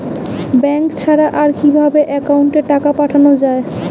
Bank ছাড়া আর কিভাবে একাউন্টে টাকা পাঠানো য়ায়?